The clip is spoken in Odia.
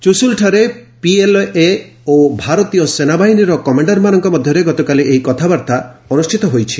ଚୁଶୁଲଠାରେ ପିଏଲ୍ଏ ଓ ଭାରତୀୟ ସେନାବାହିନୀର କମାଣ୍ଡରମାନଙ୍କ ମଧ୍ୟରେ ଗତକାଲି ଏହି କଥାବାର୍ତ୍ତା ଅନୁଷ୍ଠିତ ହୋଇଛି